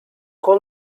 call